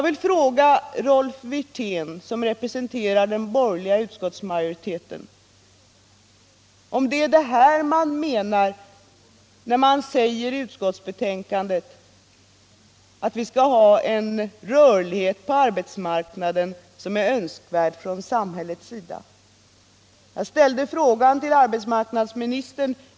majoriteten, om det är detta utskottet menar när utskottet säger i sitt — Nr 33 betänkande att vi skall ha en rörlighet på arbetsmarknaden som är önsk Onsdagen den värd från samhällets sida. Jag ställde frågan till arbetsmarknadsministern.